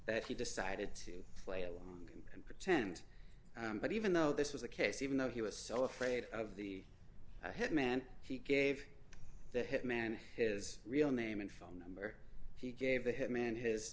that he decided to play along and pretend but even though this was the case even though he was so afraid of the hitman he gave the hitman his real name and phone number he gave the hitman his